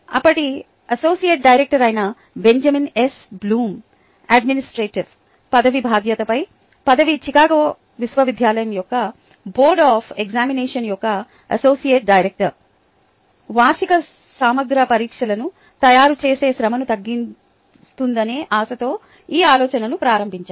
అప్పటి associate director అయిన Benjamin S Bloom administrative పదవి బాధ్యతాయుతమైన పదవి చికాగో విశ్వవిద్యాలయం యొక్క బోర్డ్ ఆఫ్ ఎగ్జామినేషన్ యొక్క అసోసియేట్ డైరెక్టర్ వార్షిక సమగ్ర పరీక్షలను తయారుచేసే శ్రమను తగ్గిస్తుందనే ఆశతో ఈ ఆలోచనను ప్రారంభించారు